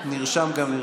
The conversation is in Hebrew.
ונרשם גם נרשם.